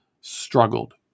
struggled